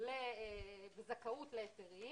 וזכאות להיתרים,